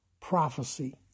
prophecy